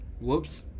Whoops